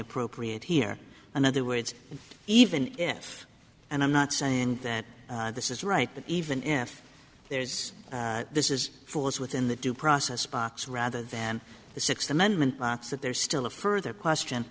appropriate here in other words even if and i'm not saying that this is right but even if there is this is force within the due process box rather than the sixth amendment that there's still a further question